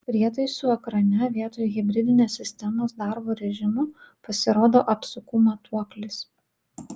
prietaisų ekrane vietoj hibridinės sistemos darbo režimo pasirodo apsukų matuoklis